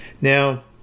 Now